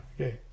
Okay